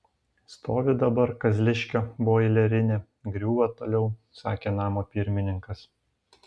stovi dabar kazliškio boilerinė griūva toliau sakė namo pirmininkas